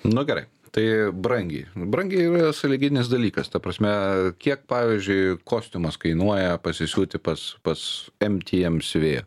nu gerai tai brangiai brangiai yra sąlyginis dalykas ta prasme kiek pavyzdžiui kostiumas kainuoja pasisiūti pas pas mtm siuvėją